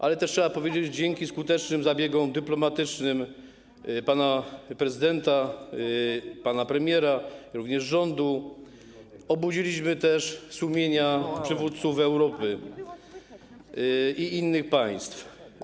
Ale trzeba też powiedzieć, że dzięki skutecznym zabiegom dyplomatycznym pan prezydenta, pana premiera, również rządu obudziliśmy sumienia przywódców Europy i innych państw.